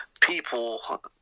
people